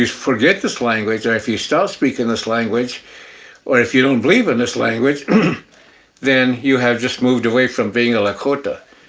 forget this language or if you stop speaking this language or if you don't believe in this language then you have just moved away from being a lakota.